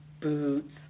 boots